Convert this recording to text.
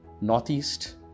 northeast